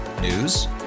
News